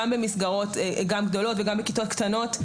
גם במסגרות גדולות וגם בכיתות קטנות.